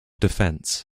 defense